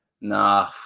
Nah